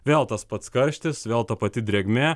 vėl tas pats karštis vėl ta pati drėgmė